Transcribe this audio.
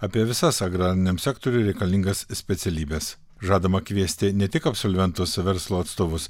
apie visas agrariniam sektoriui reikalingas specialybes žadama kviesti ne tik absolventus verslo atstovus